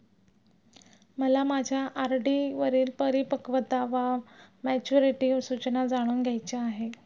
मला माझ्या आर.डी वरील परिपक्वता वा मॅच्युरिटी सूचना जाणून घ्यायची आहे